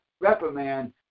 reprimand